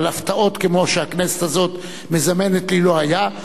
והפתעות כמו שהכנסת הזאת מזמנת לי לא היו,